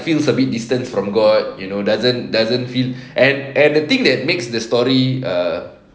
feels a bit distance from god doesn't doesn't feel and and the thing that makes the story err